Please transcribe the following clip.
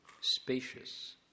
spacious